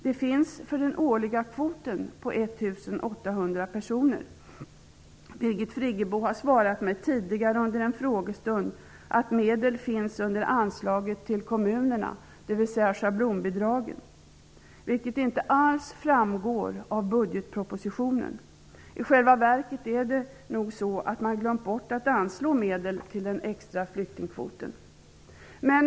Det finns medel för den årliga kvoten på 1 800 personer. Birgit Friggebo har svarat mig tidigare under en frågestund att medel finns under anslaget till kommunerna, dvs. schablonbidraget, vilket inte alls framgår av budgetpropositionen. I själva verket är det nog så att man har glömt bort att anslå medel till den extra flyktingkvoten.